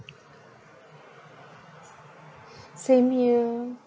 same here